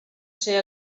ser